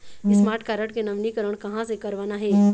Smart card के नवीनीकरण कहां से करवाना हे?